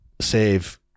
save